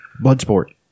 Bloodsport